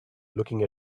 looking